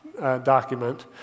document